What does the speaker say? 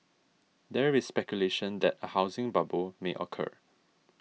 there is speculation that a housing bubble may occur